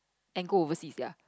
and go overseas ya